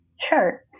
Sure